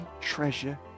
treasure